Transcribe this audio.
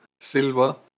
silver